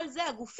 על זה הגופים,